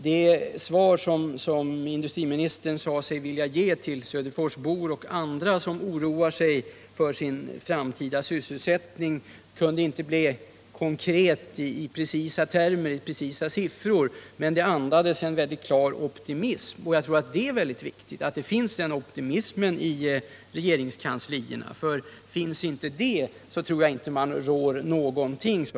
Det svar industriministern ville ge till människorna i Söderfors som oroar sig för sin framtida sysselsättning kunde inte uttryckas i konkreta och preciserade siffror, men svaret andades ändå en klar optimism. Jag anser att det är mycket viktigt att den optimismen finns i regeringens kansli, ty i annat fall tror jag inte att man rår med någonting.